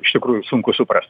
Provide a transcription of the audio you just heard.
iš tikrųjų sunku suprast